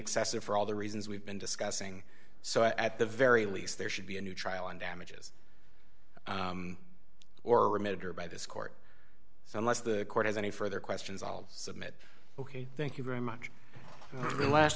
excessive for all the reasons we've been discussing so at the very least there should be a new trial on damages or emitter by this court so unless the court has any further questions i'll submit ok thank you very much